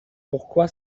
pourquoi